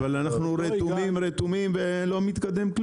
אבל "אנחנו רתומים, רתומים" וכלום לא מתקדם.